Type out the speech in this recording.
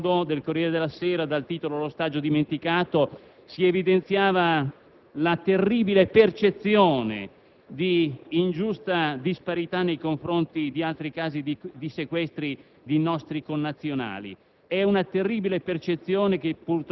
Sabato scorso, in un articolo di fondo del «Corriere della Sera», dal titolo «L'ostaggio dimenticato», si evidenziava la terribile percezione di ingiusta disparità nei confronti di altri casi di sequestri di nostri connazionali.